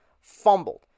fumbled